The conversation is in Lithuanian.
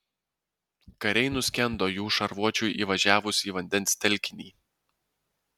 kariai nuskendo jų šarvuočiui įvažiavus į vandens telkinį